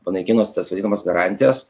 panaikinus tas vadinamas garantijas